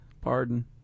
pardon